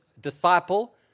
disciple